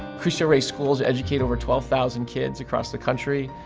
cristo rey schools educate over twelve thousand kids across the country,